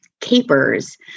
capers